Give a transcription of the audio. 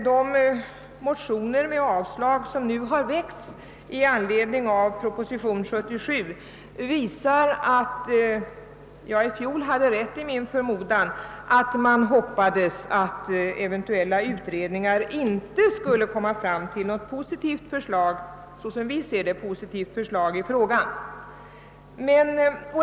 De motioner, i vilka det yrkas avslag på proposition nr 77, visar att jag i fjol hade rätt i min förmodan att det fanns ledamöter som hoppades att eventuella utredningar inte skulle komma fram till ett som jag ser det positivt förslag i frågan.